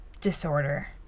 disorder